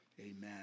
amen